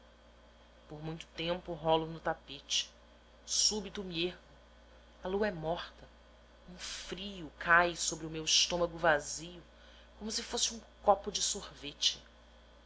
por muito tempo rolo no tapete súbito me ergo a lua é morta um frio cai sobre o meu estômago vazio como se fosse um copo de sorvete